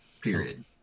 period